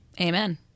Amen